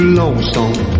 lonesome